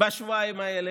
בשבועיים האלה?